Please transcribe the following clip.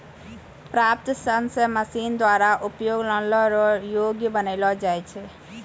प्राप्त सन से मशीन द्वारा उपयोग लानै रो योग्य बनालो जाय छै